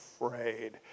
afraid